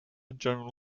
general